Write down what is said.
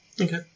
okay